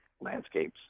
landscapes